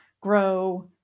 grow